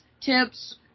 tips